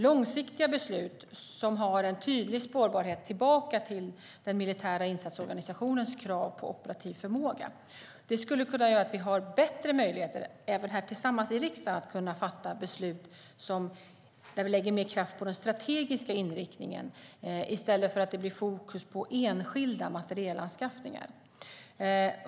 Långsiktiga beslut, som har en tydlig spårbarhet tillbaka till den militära insatsorganisationens krav på operativ förmåga, skulle kunna göra att vi har bättre möjligheter - även här tillsammans i riksdagen - att fatta beslut där vi lägger mer kraft på den strategiska inriktningen, i stället för att det blir fokus på enskilda materielanskaffningar.